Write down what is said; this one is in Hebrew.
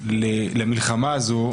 למלחמה הזאת,